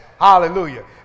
Hallelujah